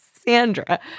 Sandra